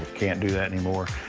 can't do that anymore.